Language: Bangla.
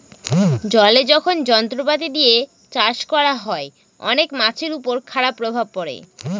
জলে যখন যন্ত্রপাতি দিয়ে চাষ করা হয়, অনেক মাছের উপর খারাপ প্রভাব পড়ে